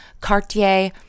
Cartier